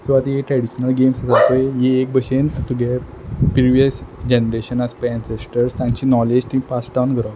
so आत हीं traditional games आसा पय ही एक भशेन तुगे प्रिवियस जॅनरेशना आस पय एन्सॅस्ट्रल्स तांची नॉलेज ती पास डावन करप